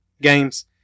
games